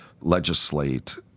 legislate